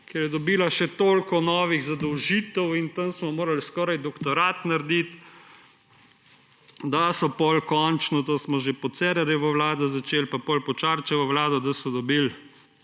ko je dobila še toliko novih zadolžitev. In tam smo morali skoraj doktorat narediti, da so potem končno, to smo že pod Cerarjevo vlado začeli, potem pa pod Šarčevo vlado, da so dobili